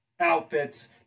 outfits